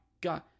God